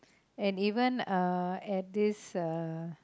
and even at this ah